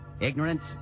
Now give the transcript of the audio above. ignorance